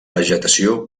vegetació